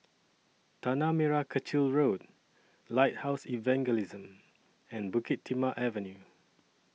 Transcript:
Tanah Merah Kechil Road Lighthouse Evangelism and Bukit Timah Avenue